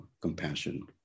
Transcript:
compassion